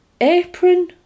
apron